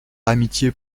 amitié